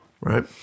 right